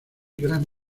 gran